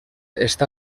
està